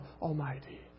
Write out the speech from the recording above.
almighty